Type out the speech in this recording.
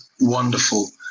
wonderful